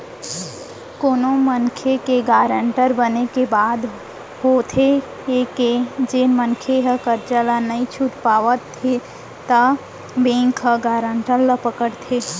कोनो मनसे के गारंटर बने के बाद होथे ये के जेन मनसे ह करजा ल नइ छूट पावय त बेंक ह गारंटर ल पकड़थे